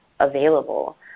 available